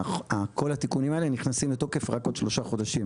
כל התיקונים האלה נכנסים לתוקף רק עוד שלושה חודשים,